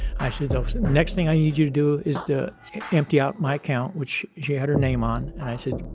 i said, the next thing i need you to do is to empty out my account. which she had her name on, and i said,